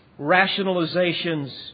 rationalizations